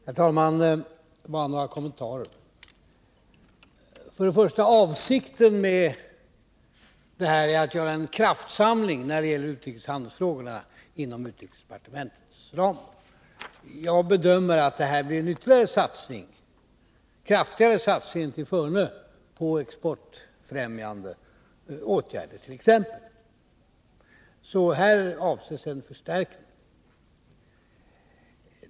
Herr talman! Bara några kommentarer. För det första är avsikten med detta att göra en kraftsamling när det gäller utrikeshandelsfrågorna inom utrikesdepartementets ram. Jag bedömer att det här blir en kraftigare satsning än tillförne på t.ex. exportfrämjande åtgärder. Här avses alltså en förstärkning.